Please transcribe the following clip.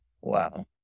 Wow